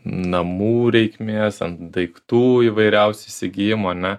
namų reikmės ant daiktų įvairiausių įsigijimo ane